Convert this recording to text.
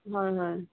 হয় হয়